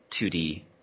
2D